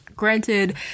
Granted